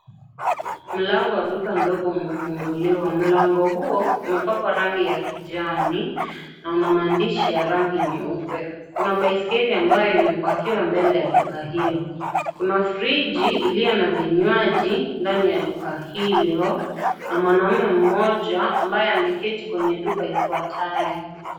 Mlango mdogo wa duka umefunguliwa mlango huo umepakwa rangi ya kijani na unamaandishi ya rangi nyeupe kuna baiskeli ambayo imepakiwa mbele ya duka hilo kuna frigi iliyo na vinywaji ndani ya duka hilo na mwanaume mmoja ambaye ameketi kwenye duka lifuatalo.